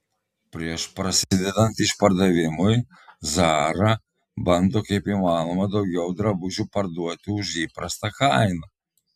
prieš prasidedant išpardavimui zara bando kaip įmanoma daugiau drabužių parduoti už įprastą kainą